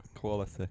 quality